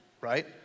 right